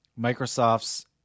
Microsoft's